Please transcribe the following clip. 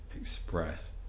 express